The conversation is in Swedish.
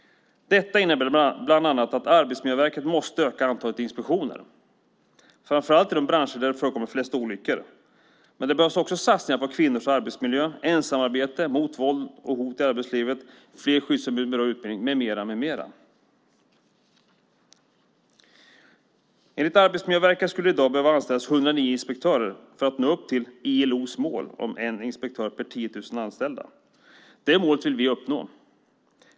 Detta innebär bland annat att Arbetsmiljöverket måste öka antalet inspektioner, framför allt i de branscher där det förekommer flest olyckor. Men det behövs också satsningar på kvinnors arbetsmiljö och ensamarbete, mot våld och hot i arbetslivet, för fler skyddsombud med bra utbildning med mera. Enligt Arbetsmiljöverket skulle det i dag behöva anställas 109 inspektörer för att man ska nå upp till ILO:s mål om en inspektör per 10 000 anställda. Det målet vill vi uppnå.